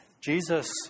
Jesus